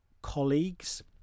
colleagues